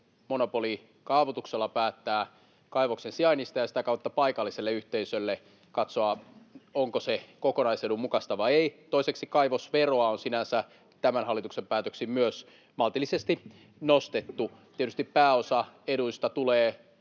monopoli kaavoituksella päättää kaivoksen sijainnista ja sitä kautta paikalliselle yhteisölle katsoa, onko se kokonaisedun mukaista vai ei. Toiseksi, kaivosveroa on sinänsä tämän hallituksen päätöksin myös maltillisesti nostettu. Tietysti pääosa eduista tulee